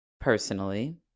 personally